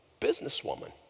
businesswoman